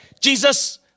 Jesus